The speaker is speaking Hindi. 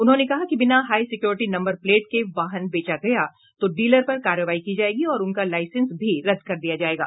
उन्होंने कहा कि बिना हाई सिक्योरिटी नम्बर प्लेट के वाहन बेचा गया तो डीलर पर कार्रवाई की जायेगी और उनका लाइसेंस भी रद्द किया जायेगा